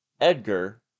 Edgar